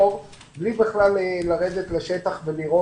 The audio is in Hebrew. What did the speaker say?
אוכלוסיית הילדים --- אחוז וחצי בסך הכול מכלל הילדים עד גיל שלוש.